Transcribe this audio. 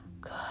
good